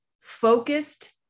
focused